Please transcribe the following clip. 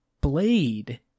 blade